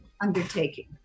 undertaking